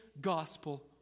gospel